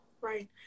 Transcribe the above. Right